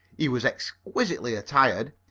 he was exquisitely attired.